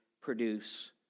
produce